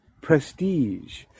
prestige